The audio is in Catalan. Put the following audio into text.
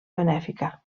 benèfica